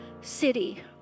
city